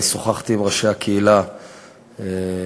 אני שוחחתי עם ראשי הקהילה בבלגיה,